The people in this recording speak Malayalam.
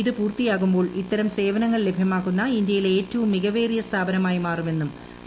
ഇത് പൂർത്തിയാകുമ്പോൾ ഇത്തരം സേവനങ്ങൾ ലഭ്യമാക്കുന്ന ഇന്ത്യയിലെ ഏറ്റവും മികവേറിയ സ്ഥാപനമായി മാറുമെന്നും അദ്ദേഹം പറഞ്ഞു